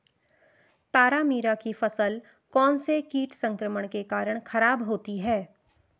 तारामीरा की फसल कौनसे कीट संक्रमण के कारण खराब होती है?